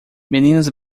meninas